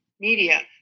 media